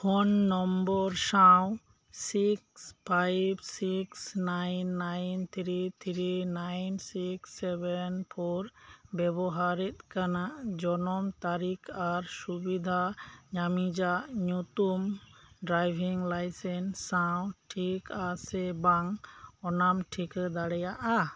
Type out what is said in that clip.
phone number ᱥᱟᱶ six five six nine nine three three nine six seven four ᱵᱮᱵᱚᱦᱟᱨᱮᱫ ᱠᱟᱱᱟ ᱡᱚᱱᱚᱢ ᱛᱟᱹᱨᱤᱠᱷ ᱟᱨ ᱥᱩᱵᱤᱫᱷᱟ ᱧᱟᱢᱤᱡᱟᱜ ᱧᱩᱛᱩᱢ ᱰᱨᱟᱭᱵᱷᱤᱝ ᱞᱟᱭᱥᱮᱱᱥ ᱥᱟᱶ ᱴᱷᱤᱠᱟ ᱥᱮᱵᱟᱝ ᱚᱱᱟᱢ ᱴᱷᱤᱠᱟᱹ ᱫᱟᱲᱮᱭᱟᱜᱼᱟ